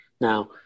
Now